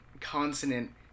consonant